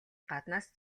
гаднаас